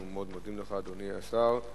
אנחנו מאוד מודים לך, אדוני השר.